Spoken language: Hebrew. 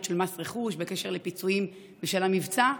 של מס רכוש בקשר לפיצויים בשל המבצע,